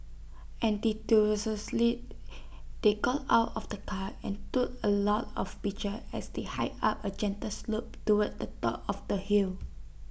enthusiastically they got out of the car and took A lot of pictures as they hiked up A gentle slope towards the top of the hill